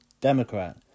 Democrat